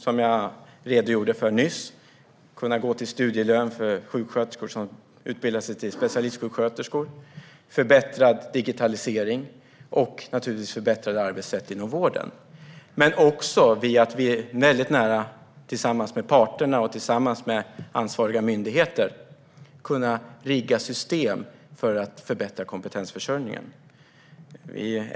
Som jag redogjorde för nyss ska de kunna gå till studielön för sjuksköterskor som utbildar sig till specialistsjuksköterskor, förbättrad digitalisering och naturligtvis förbättrade arbetssätt inom vården. För det andra ska vi i väldigt nära samarbete med parterna och tillsammans med ansvariga myndigheter rigga system för att förbättra kompetensförsörjningen.